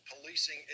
policing